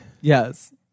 Yes